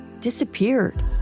disappeared